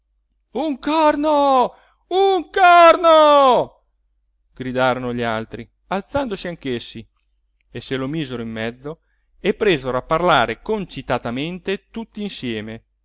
un corno un corno gridarono gli altri alzandosi anch essi e se lo misero in mezzo e presero a parlare concitatamente tutti insieme